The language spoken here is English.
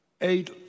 eight